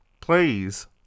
please